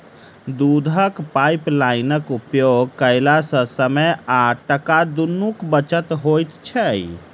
दूधक पाइपलाइनक उपयोग कयला सॅ समय आ टाका दुनूक बचत होइत छै